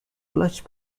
clutch